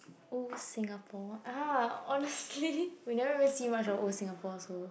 old Singapore ah honestly we never ever see much of old Singapore also